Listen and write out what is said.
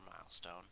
milestone